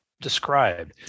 describe